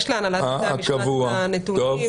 ע יש להנהלת בתי המשפט את הנתונים,